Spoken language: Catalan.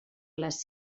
les